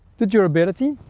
the durability.